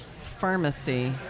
pharmacy